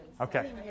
Okay